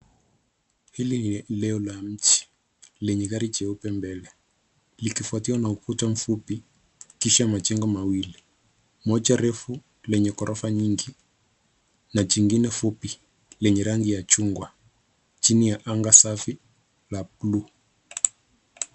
Hili ni eneo la mji lenye gari jeupe mbele. Likifuatiwa na ukuta mfupi kisha majengo mawili. Moja refu lenye ghorofa nyingi ma jingine fupi lenye rangi ya chungwa chini ya anga safi la bluu.